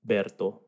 Berto